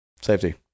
safety